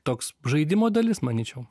toks žaidimo dalis manyčiau